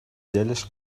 دلش